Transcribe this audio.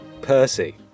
Percy